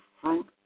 fruit